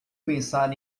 pensar